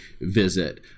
visit